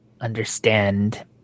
understand